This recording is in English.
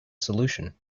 solution